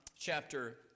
chapter